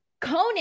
Conan